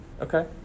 Okay